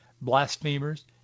blasphemers